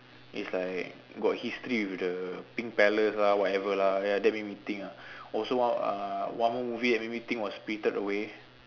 is like got history with the pink palace lah whatever lah ya that made me think ah also one uh one more movie that made me think was spirited away